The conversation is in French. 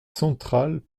central